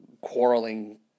quarreling